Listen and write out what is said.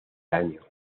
año